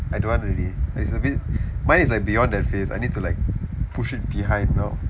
I don't want already it's a bit mine is like beyond that phase I need to like push it behind you know